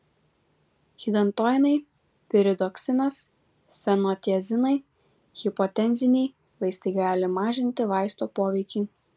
hidantoinai piridoksinas fenotiazinai hipotenziniai vaistai gali mažinti vaisto poveikį